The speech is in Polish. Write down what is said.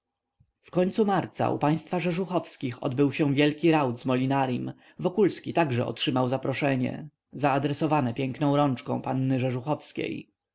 w końcu marca u państwa rzeżuchowskich odbył się wielki raut z molinarim wokulski także otrzymał zaproszenie zaadresowane piękną rączką panny